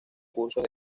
cursos